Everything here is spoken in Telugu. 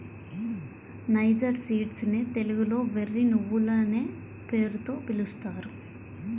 నైజర్ సీడ్స్ నే తెలుగులో వెర్రి నువ్వులనే పేరుతో పిలుస్తారు